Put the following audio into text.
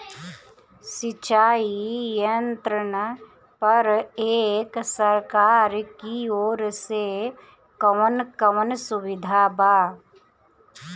सिंचाई यंत्रन पर एक सरकार की ओर से कवन कवन सुविधा बा?